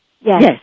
Yes